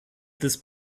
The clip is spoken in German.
des